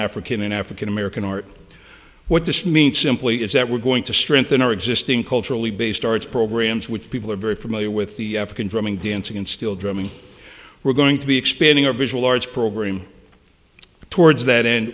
african and african american art what this means simply is that we're going to strengthen our existing culturally based arts programs which people are very familiar with the african drumming dancing and still drumming we're going to be expanding our visual arts program towards that